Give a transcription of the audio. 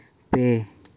ᱯᱮ